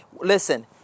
Listen